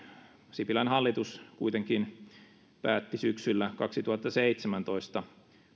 sipilän hallitus kuitenkin päätti syksyllä kaksituhattaseitsemäntoista